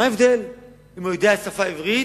מה ההבדל אם הוא יודע עברית,